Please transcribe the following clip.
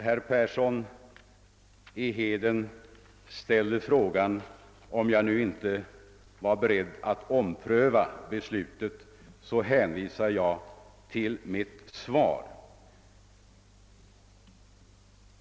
Herr Persson i Heden ställde frågan, om jag nu är beredd att ompröva beslutet i detta avseende, och jag ber därvidlag att få hänvisa till mitt svar.